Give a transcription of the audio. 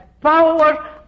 power